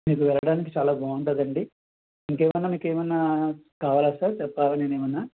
మీరు వెళ్ళడానికి చాలా బాగుంటుందండి ఇంకేమన్నా మీకేమైనా కావాలా సార్ చెప్పాలా నేనేమన్నా